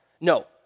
No